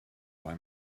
buy